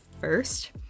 first